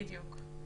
בדיוק.